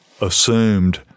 assumed